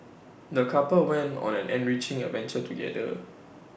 the couple went on an enriching adventure together